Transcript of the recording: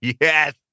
Yes